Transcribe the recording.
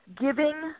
giving